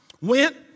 went